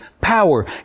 power